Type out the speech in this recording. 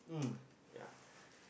yeah